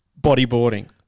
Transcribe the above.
bodyboarding